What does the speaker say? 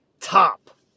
Top